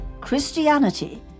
Christianity